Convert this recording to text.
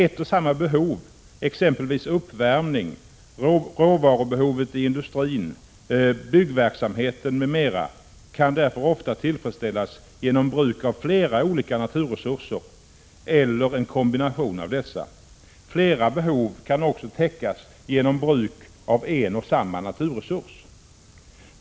Ett och samma behov, exempelvis uppvärmning, råvarubehovet i industrin, byggverksamheten m.m. kan därför ofta tillfredsställas genom bruk av flera olika naturresurser eller en kombination av dessa. Flera behov kan också täckas genom bruk av en och samma naturresurs.